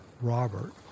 Robert